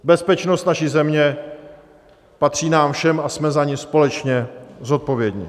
Bezpečnost naší země patří nám všem a jsme za ni společně zodpovědní.